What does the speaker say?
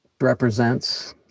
represents